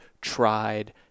tried